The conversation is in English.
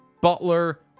Butler